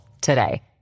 today